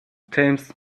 terms